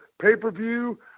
pay-per-view